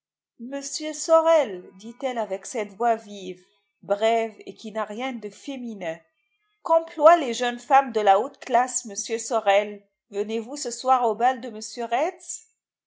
monsieur sorel dit-elle avec cette voix vive brève et qui n'a rien de féminin qu'emploient les jeunes femmes de la haute classe monsieur sorel venez-vous ce soir au bal de